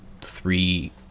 three